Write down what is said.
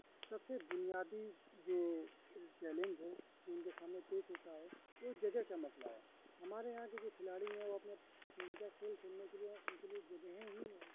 سب سے بنیادی جو چیلنج ہے جو ان کے سامنے پیش ہوتا ہے وہ جگہ کا مسئلہ ہے ہمارے یہاں کے جو کھلاڑی ہیں وہ اپنے پسندیدہ کھیل کھیلنے کے لیے ان کے لیے جگہ ہی نہیں ہے